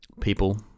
people